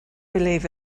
believe